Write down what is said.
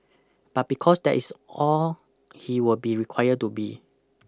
but because that is all he will be require to be